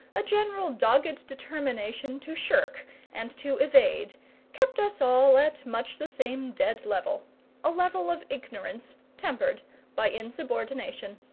a general dogged determination to shirk and to evade kept us all at much the same dead level a level of ignorance tempered by insubordination.